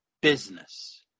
business